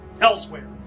elsewhere